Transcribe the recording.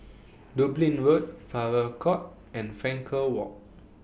Dublin Road Farrer Court and Frankel Walk